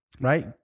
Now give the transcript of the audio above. right